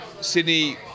Sydney